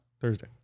Thursday